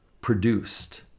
produced